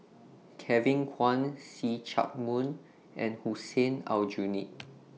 Kevin Kwan See Chak Mun and Hussein Aljunied